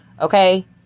Okay